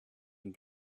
and